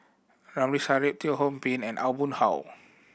Ramli Sarip Teo Ho Pin and Aw Boon Haw